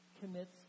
commits